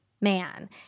man